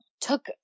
took